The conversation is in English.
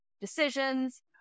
decisions